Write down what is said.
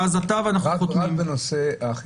ותהיו בטוחים שלא הוכפלו התקנים.